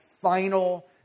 final